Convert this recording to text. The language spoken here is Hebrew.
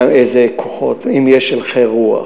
איזה כוחות, אם יש הלכי רוח,